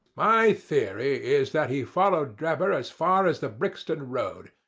my theory is that he followed drebber as far as the brixton road.